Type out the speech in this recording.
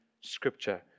Scripture